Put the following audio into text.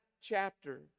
chapter